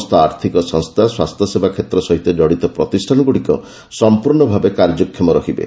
ଏହାଛଡ଼ା ସମସ୍ତ ଆର୍ଥକ ସଂସ୍ଥା ଓ ସ୍ୱାସ୍ଥ୍ୟସେବା କ୍ଷେତ୍ର ସହିତ କଡ଼ିତ ପ୍ରତିଷ୍ଠାନଗୁଡ଼ିକ ସମ୍ପର୍ଷଭାବେ କାର୍ଯ୍ୟକ୍ଷମ ରହିବେ